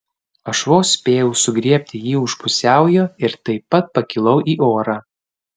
aš vos spėjau sugriebti jį už pusiaujo ir taip pat pakilau į orą